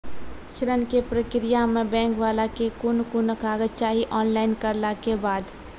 ऋण के प्रक्रिया मे बैंक वाला के कुन कुन कागज चाही, ऑनलाइन करला के बाद?